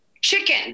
chicken